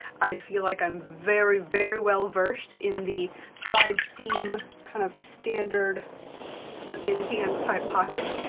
i feel like i'm very, very well-versed in the side seam kind of standard slip in hand type pockets.